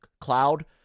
cloud